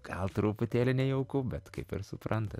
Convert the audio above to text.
gal truputėlį nejauku bet kaip ir suprantat